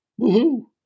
Woohoo